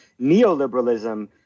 neoliberalism